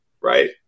right